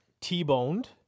T-boned